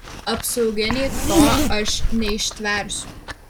apsauginiai to aš neištversiu